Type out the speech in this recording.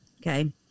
okay